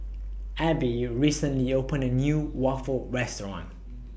Abbie recently opened A New Waffle Restaurant